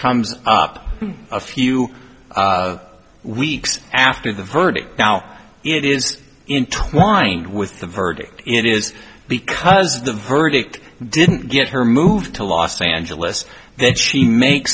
comes up a few weeks after the verdict now it is in twined with the verdict it is because the verdict didn't get her moved to los angeles then she makes